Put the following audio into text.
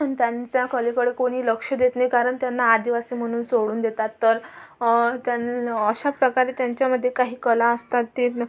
पण त्यांच्या कलेकडं कोणी लक्ष देत नाही कारण त्यांना आदिवासी म्हणून सोडून देतात तर त्यान अशाप्रकारे त्यांच्यामध्ये काही कला असतात ते